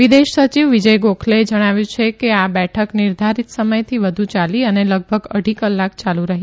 વિદેશ સચિવ વિજય ગોખલેએ જણાવ્યું કે આ બેઠક નિર્ધારીત સમયથી વધુ ચાલી અને લગભગ અઢી કલાક ચાલુ રહી